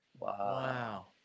Wow